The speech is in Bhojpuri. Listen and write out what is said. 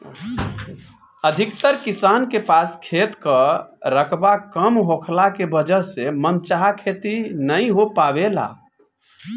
अधिकतर किसान के पास खेत कअ रकबा कम होखला के वजह से मन चाहा खेती नाइ हो पावेला